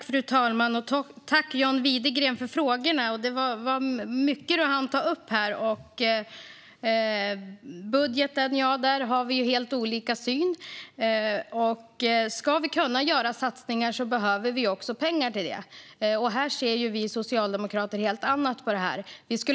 Fru talman! Tack för frågorna, John Widegren! Det var mycket som du hann ta upp. När det gäller budgeten har vi helt olika syn. Ska vi kunna göra satsningar behöver vi också pengar till det. Vi socialdemokrater ser på det här på ett helt annat sätt.